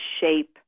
shape